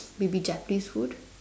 maybe Japanese food